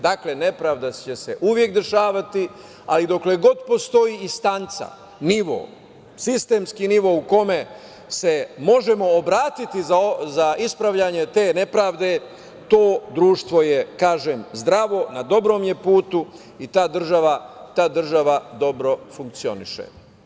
Dakle, nepravda će se uvek dešavati, ali dokle god postoji instanca, nivo, sistemski nivo u kome se možemo obratiti za ispravljanje te nepravde, to društvo je, kažem, zdravo, na dobrom je putu i ta država dobro funkcioniše.